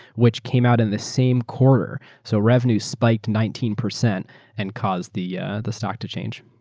which came out in the same quarter. so revenue spiked nineteen percent and caused the yeah the stock to change.